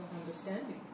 Understanding